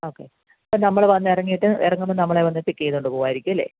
okay അപ്പം നമ്മൾ വന്നു ഇറങ്ങിയിട്ട് ഇറങ്ങുമ്പോൾ നമ്മളെ വന്നു പിക്ക് ചെയ്തു കൊണ്ടു പോവുമായിരിക്കും അല്ലേ